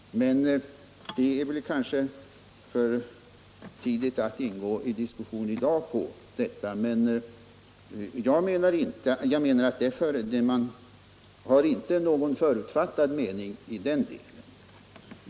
Det är kanske för tidigt att ingå i diskussion om detta i dag, men vi har inte någon förutfattad mening i den delen.